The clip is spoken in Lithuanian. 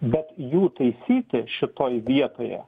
bet jų taisyti šitoj vietoje